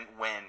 win